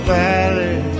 valley